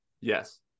Yes